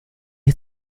des